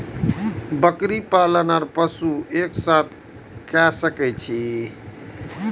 बकरी पालन ओर पशु एक साथ कई सके छी?